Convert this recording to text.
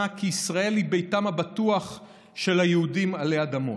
כי ישראל היא ביתם הבטוח של היהודים עלי אדמות,